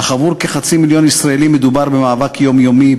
אך עבור כחצי מיליון ישראלים מדובר במאבק יומיומי,